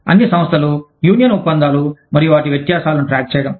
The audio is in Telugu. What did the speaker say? అన్ని సంస్థలు యూనియన్ ఒప్పందాలు మరియు వాటి వ్యత్యాసాలను ట్రాక్ చేయడం